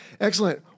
excellent